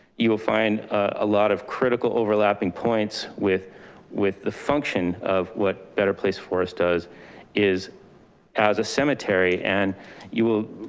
you will find a lot of critical overlapping points with with the function of what better place forests does is as a cemetery. and you will,